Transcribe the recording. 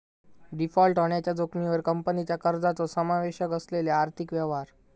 default होण्याच्या जोखमीवर कंपनीच्या कर्जाचो समावेश असलेले आर्थिक व्यवहार